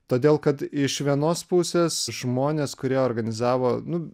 todėl kad iš vienos pusės žmonės kurie organizavo nu